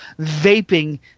vaping